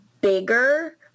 bigger